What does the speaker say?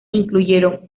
incluyeron